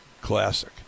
classic